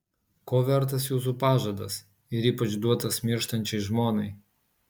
ko vertas jūsų pažadas ir ypač duotas mirštančiai žmonai